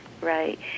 right